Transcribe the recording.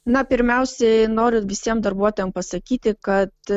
na pirmiausiai noriu visiem darbuotojam pasakyti kad